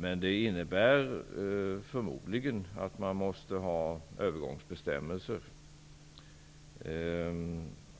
Men det innebär förmodligen att man måste ha övergångsbestämmelser